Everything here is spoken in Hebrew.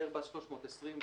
איירבס 320,